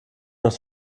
noch